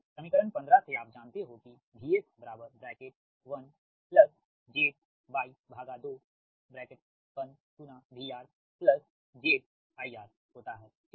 समीकरण 15 से आप जानते हो कि VS1ZY2VRZIR होता है ठीक